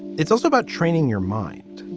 it's also about training your mind